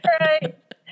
Right